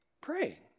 praying